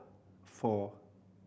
four